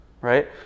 right